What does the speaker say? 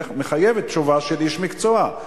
זה מחייב תשובה של איש מקצוע,